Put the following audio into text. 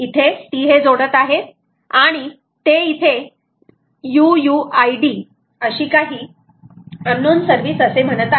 इथे ती हे जोडत आहे आणि ते इथे uuid अशी काही अननोन सर्विस असे म्हणत आहे